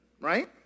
Right